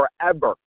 forever